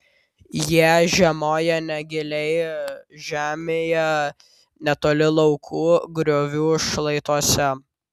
jie žiemoja negiliai žemėje netoli laukų griovių šlaituose